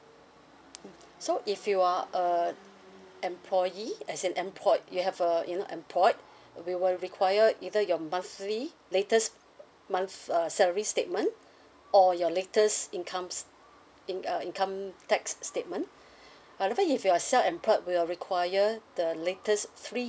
so if you are a employee as in employed you have a you know uh employed we will require either your monthly latest month uh salary statement or your latest income s~ in~ uh income tax statement however if you are self-employed we'll require the latest three